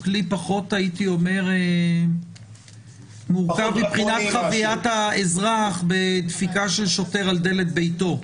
הוא כלי פחות מורכב מבחינת חוויית האזרח מדפיקה של שוטר על דלת ביתו.